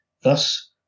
Thus